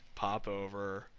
pop over,